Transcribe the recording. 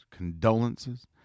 condolences